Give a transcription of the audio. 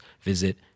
visit